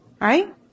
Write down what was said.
Right